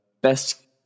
best